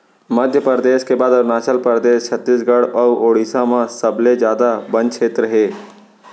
मध्यपरेदस के बाद अरूनाचल परदेस, छत्तीसगढ़ अउ उड़ीसा म सबले जादा बन छेत्र हे